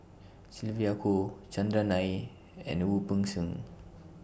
Sylvia Kho Chandran Nair and Wu Peng Seng